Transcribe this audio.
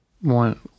One